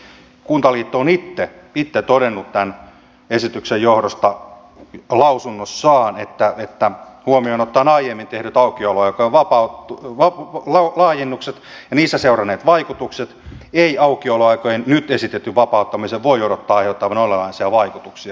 eli kuntaliitto on itse todennut tämän esityksen johdosta lausunnossaan että huomioon ottaen aiemmin tehdyt aukioloaikojen laajennukset ja niistä seuranneet vaikutukset ei aukioloaikojen nyt esitetyn vapauttamisen voi odottaa aiheuttavan olennaisia vaikutuksia